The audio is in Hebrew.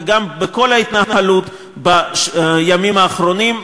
וגם בכל ההתנהלות בימים האחרונים.